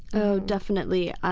oh, definitely.